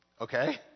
Okay